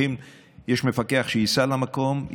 יש מפקח שייסע למקום,